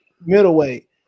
middleweight